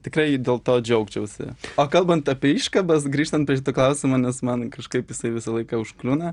tikrai dėl to džiaugčiausi o kalbant apie iškabas grįžtant prie klausimo nes man kažkaip jisai visą laiką užkliūna